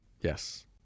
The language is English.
Yes